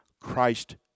Christ